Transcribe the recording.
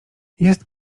jest